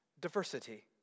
diversity